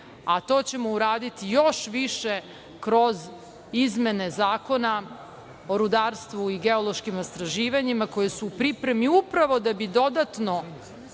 a to ćemo uraditi još više kroz izmene Zakona o rudarstvu i geološkim istraživanjima, koje su u pripremi, upravo da bi dodatno